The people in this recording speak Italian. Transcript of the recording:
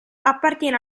appartiene